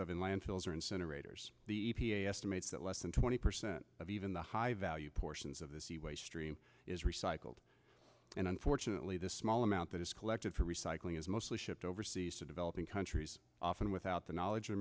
of in landfills or incinerators the e p a estimates that less than twenty percent of even the high value portions of this the waste stream is recycled and unfortunately the small amount that is collected for recycling is mostly shipped overseas to developing countries often without the knowledge